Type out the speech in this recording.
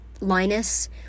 Linus